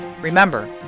Remember